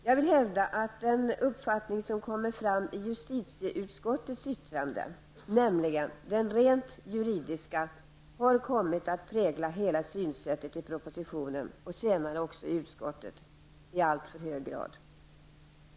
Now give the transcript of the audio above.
Jag vill hävda att den uppfattning som kommer fram i justitieutskottets yttrande -- nämligen den rent juridiska -- i alltför hög grad har kommit att prägla hela synsättet i propositionen och senare också i utskottet.